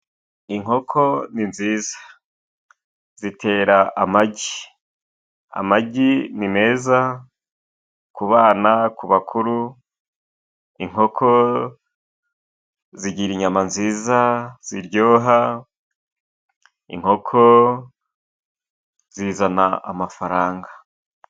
Inkoko ni nziza zitera amagi, amagi ni meza ku bana, ku bakuru. Inkoko zigira inyama nziza ziryoha, inkoko zizana amafaranga.